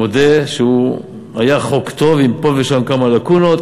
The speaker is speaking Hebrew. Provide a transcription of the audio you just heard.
מודה שהוא היה חוק טוב עם פה ושם כמה לקונות,